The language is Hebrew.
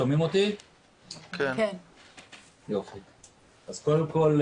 קודם כל,